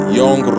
young